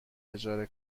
اجاره